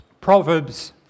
Proverbs